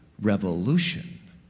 revolution